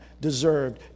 deserved